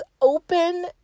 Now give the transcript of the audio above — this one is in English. open